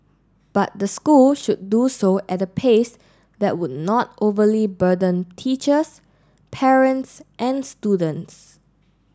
but the school should do so at a pace that would not overly burden teachers parents and students